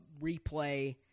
replay